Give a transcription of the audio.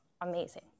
amazing